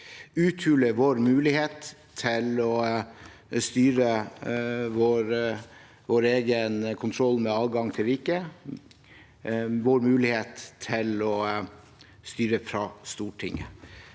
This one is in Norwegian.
uthule vår mulighet til å styre vår egen kontroll med adgangen til riket, vår mulighet til å styre fra Stortinget.